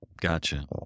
Gotcha